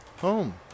home